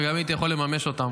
גם הייתי יכול לממש אותן.